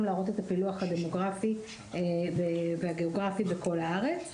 להראות את הפילוח הדמוגרפי והגאוגרפי בכל הארץ.